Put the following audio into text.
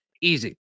Easy